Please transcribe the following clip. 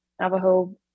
Navajo